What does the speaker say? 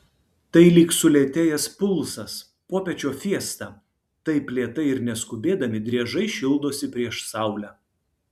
tai lyg sulėtėjęs pulsas popiečio fiesta taip lėtai ir neskubėdami driežai šildosi prieš saulę